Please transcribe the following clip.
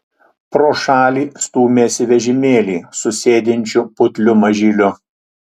pro šalį stūmėsi vežimėlį su sėdinčiu putliu mažyliu